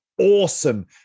awesome